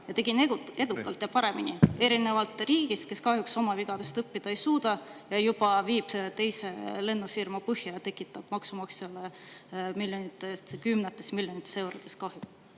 ära, edukalt ja paremini, erinevalt riigist, kes kahjuks oma vigadest õppida ei suuda ja viib juba teise lennufirma põhja ning tekitab maksumaksjale kümnetes miljonites eurodes kahju.